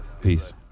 Peace